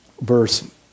verse